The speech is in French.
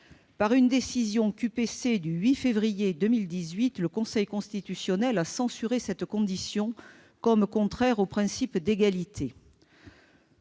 Par cette décision QPC du 8 février 2018, le Conseil constitutionnel a censuré cette condition en la déclarant contraire au principe d'égalité.